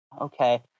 okay